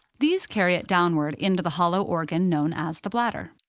these carry it downward into the hollow organ known as the bladder.